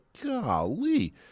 golly